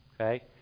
Okay